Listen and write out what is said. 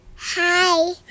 Hi